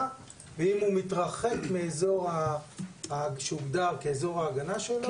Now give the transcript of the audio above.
ואם הוא מתרחק מאזור שהוגדר כאזור ההגנה שלו,